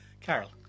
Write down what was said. Carol